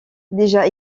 déjà